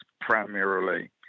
primarily